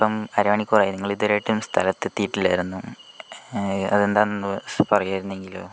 ഇപ്പോൾ അരമണിക്കൂർ ആയി നിങ്ങൾ ഇതുവരെ ആയിട്ടും സ്ഥലത്തെത്തിയിട്ടിലായിരുന്നു അതെന്താന്നു പറയുക ആയിരുന്നെങ്കില്